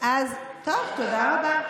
אז טוב, תודה רבה.